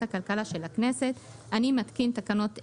הכלכלה של הכנסת אני מתקין תקנות אלה: